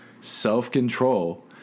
self-control